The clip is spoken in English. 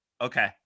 okay